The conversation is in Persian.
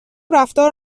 رفتار